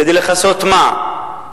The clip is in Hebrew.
כדי לכסות מה?